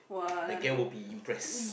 the guy will be impressed